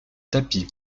tapis